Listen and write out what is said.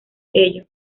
ello